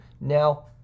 now